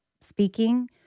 speaking